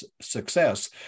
success